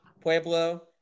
Pueblo